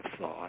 thought